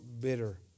bitter